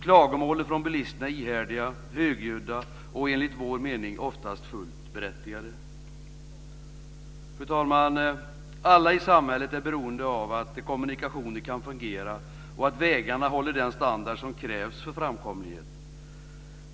Klagomålen från bilisterna är ihärdiga, högljudda och enligt vår mening oftast fullt berättigade. Fru talman! Alla i samhället är beroende av att kommunikationer kan fungera och att vägarna håller den standard som krävs för framkomligheten.